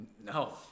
No